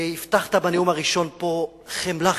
והבטחת בנאום הראשון פה חמלה חברתית,